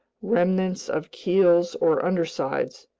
remnants of keels or undersides,